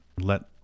let